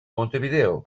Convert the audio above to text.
montevideo